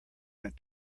went